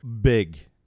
big